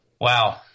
Wow